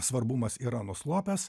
svarbumas yra nuslopęs